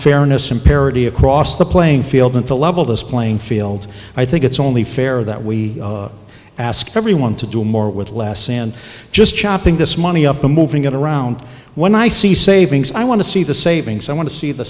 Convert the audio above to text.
fairness and parity across the playing field and to level this playing field i think it's only fair that we ask everyone to do more with less and just chopping this money up and moving it around when i see savings i want to see the savings i want to see the